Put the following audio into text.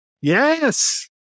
Yes